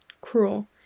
cruel